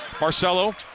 Marcelo